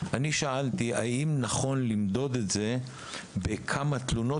אני שאלתי אם נכון למדוד את זה בכמה תלונות